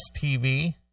TV